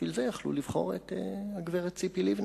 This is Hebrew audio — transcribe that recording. בשביל זה יכלו לבחור את ציפי לבני.